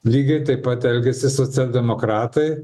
lygiai taip pat elgiasi socialdemokratai